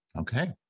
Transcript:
Okay